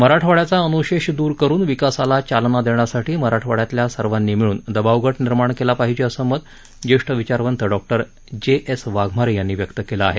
मराठवाड्याचा अनुशेष दूर करुन विकासाला चालना देण्यासाठी मराठवाड्यातल्या सर्वांनी मिळून दबावगट निर्माण केला पाहिजे असं मत ज्येष्ठ विचारवंत डॉक्टर जे एस वाघमारे यांनी व्यक्त केलं आहे